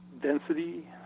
Density